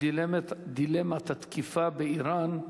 דילמת התקיפה באירן,